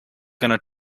gonna